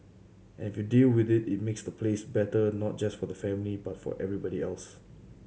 and if you deal with it it makes the place better not just for the family but for everybody else